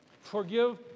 Forgive